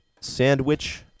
sandwich